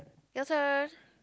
your turn